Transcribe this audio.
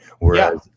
Whereas